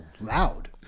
loud